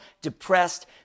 depressed